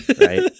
Right